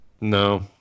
No